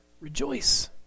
Rejoice